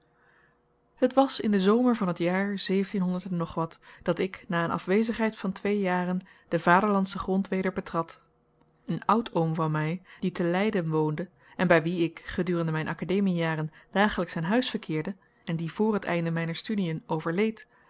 het was in den zomer van het jaar dat ik na een afwezigheid van twee jaren den vaderlandschen grond weder betrad een oudoom van mij die te leiden woonde bij wien ik gedurende mijn academiejaren dagelijks aan huis verkeerde en die voor het einde mijner studiën overleed